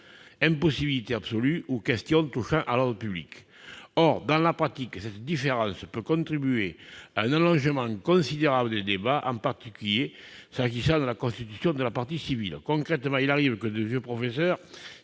impossibilité absolue » ou question touchant à l'ordre public. Or, dans la pratique, cette différence peut contribuer à un allongement considérable des débats, en particulier s'agissant de la constitution de la partie civile. Concrètement, il arrive que de vieux professeurs